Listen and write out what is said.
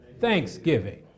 Thanksgiving